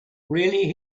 really